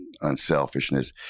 unselfishness